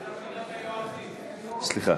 סליחה.